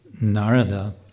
Narada